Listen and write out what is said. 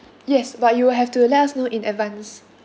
yes but you will have to let us know in advance